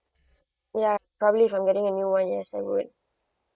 ya probably from getting a new [one] yes I would